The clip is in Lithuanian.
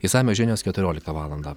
išsamios žinios keturiolika valandą